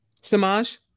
Samaj